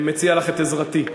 מציע לך את עזרתי.